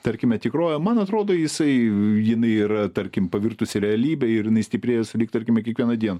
tarkime tikrove man atrodo jisai jinai yra tarkim pavirtusi realybėj ir jinai stiprės lyg tarkime kiekvieną dieną